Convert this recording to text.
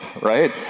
right